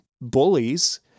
bullies